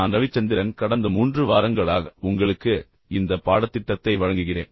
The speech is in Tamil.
நான் ரவிச்சந்திரன் கடந்த மூன்று வாரங்களாக உங்களுக்கு இந்த பாடத்திட்டத்தை வழங்குகிறேன்